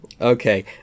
Okay